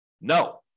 No